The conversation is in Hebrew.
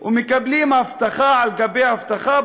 ומקבלים הבטחה על-גבי הבטחה.